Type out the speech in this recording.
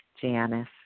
Janice